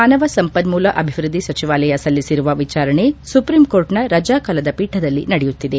ಮಾನವ ಸಂಪನ್ನೂಲ ಅಭಿವೃದ್ಧಿ ಸಚಿವಾಲಯ ಸಲ್ಲಿಸಿರುವ ವಿಚಾರಣೆ ಸುಪ್ರೀಂ ಕೋರ್ಟ್ನ ರಜಾ ಕಾಲದ ಪೀಠದಲ್ಲಿ ನಡೆಯುತ್ತಿದೆ